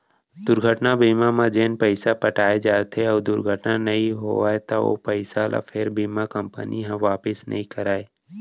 दुरघटना बीमा म जेन पइसा पटाए जाथे अउ दुरघटना नइ होवय त ओ पइसा ल फेर बीमा कंपनी ह वापिस नइ करय